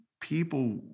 people